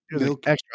extra